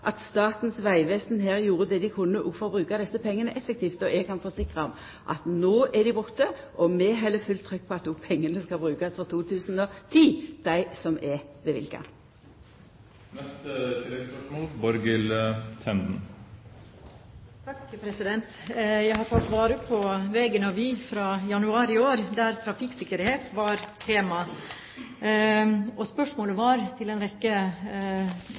at Statens vegvesen her gjorde det dei kunne for å bruka desse pengane effektivt. Eg kan forsikra om at no er dei borte. Vi held fullt trykk på at dei pengane som er løyvde for 2010, skal brukast. Borghild Tenden – til oppfølgingsspørsmål. Jeg har tatt vare på Vegen og vi fra januar i år, der trafikksikkerhet var tema. Spørsmålet til en rekke